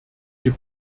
hier